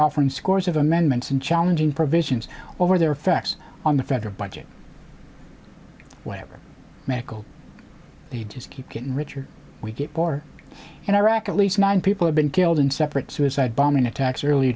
offering scores of amendments and challenging provisions over their facts on the federal budget where medical aid just keep getting richer we get more in iraq at least nine people have been killed in separate suicide bombing attacks earlier